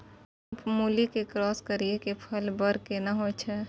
मूली के क्रॉस करिये के फल बर केना होय छै?